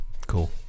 cool